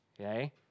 okay